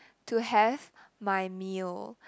to have my meal